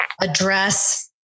address